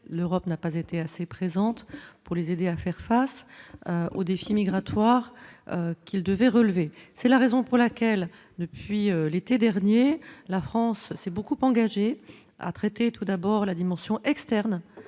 l'Europe n'a pas été assez présente pour les aider à faire face au défi migratoire qu'il devait relever, c'est la raison pour laquelle, depuis l'été dernier, la France s'est beaucoup engagé à traiter tout d'abord la dimension externe